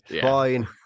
Fine